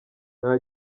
nta